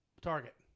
Target